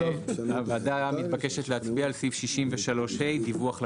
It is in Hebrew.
הוועדה מתבקשת להצביע על סעיף 63ה, דיווח לכנסת,